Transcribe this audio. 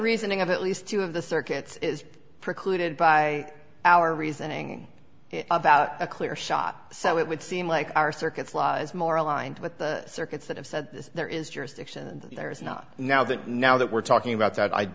reasoning of at least two of the circuits is precluded by our reasoning about a clear shot so it would seem like our circuits law is more aligned with circuits that have said there is jurisdiction there is no now that now that we're talking about that i